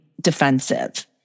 defensive